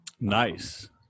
Nice